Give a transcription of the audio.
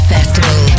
Festival